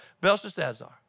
Belshazzar